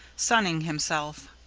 sunning himself.